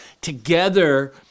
Together